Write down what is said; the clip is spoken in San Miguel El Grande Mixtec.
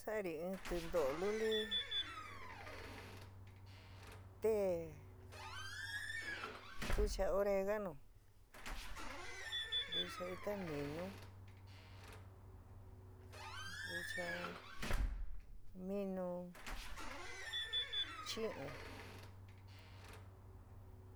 Sa'ari in tintó luli teé ntucha oregano, ntucha itaminú, ntucha minu chiɨn.